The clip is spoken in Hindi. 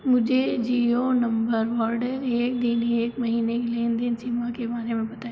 मुझे जियो नम्बर वर्डेन एक दिन एक महीने की लेनदेन सीमा के बारे में बताएँ